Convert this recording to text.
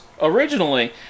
originally